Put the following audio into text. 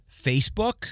Facebook